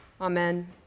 Amen